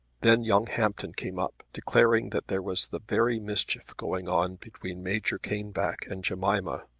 then young hampton came up, declaring that there was the very mischief going on between major caneback and jemima.